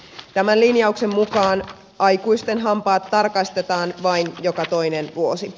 tämän linjauksen mukaan aikuisten hampaat tarkastetaan vain joka toinen vuosi